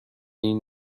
این